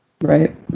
right